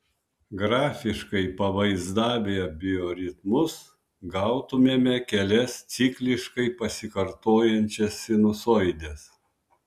grafiškai pavaizdavę bioritmus gautumėme kelias cikliškai pasikartojančias sinusoides